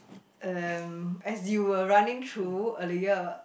um as you were running through a the year